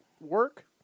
work